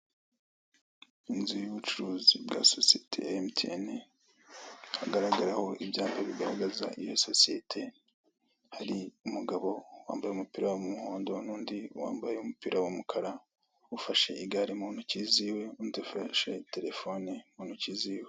Inzu y'ubucuruzi bwa sosiyete ya emutiyeni hagaragaraho ibyapa bigaragaza iyo sosiyete hari umugabo wambaye umupira w'umuhondo n'undi wambaye umupira w'umukara ufashe igare mu ntoki ziwe n'undi ufashe telefone mu ntoki ziwe.